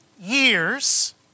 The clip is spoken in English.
years